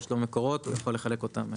יש לו מקורות והוא יכול לחלק אותם איך שהוא רוצה.